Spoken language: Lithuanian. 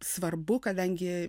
svarbu kadangi